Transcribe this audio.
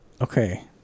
okay